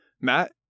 Matt